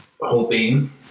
hoping